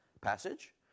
passage